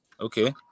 Okay